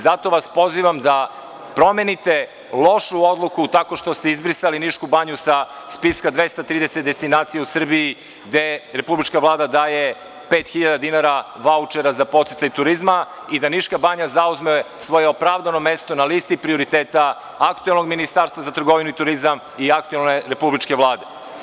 Zato vas pozivam da promenite lošu odluku tako što ste izbrisali Nišku banju sa spiska 230 destinacija u Srbiji, gde Republička vlada daje pet hiljada dinara vaučer za podsticaj turizma i da Niška banja zauzme svoje opravdano mesto na listi prioriteta, aktuelnog Ministarstva za trgovinu i turizam i aktuelne republičke Vlade.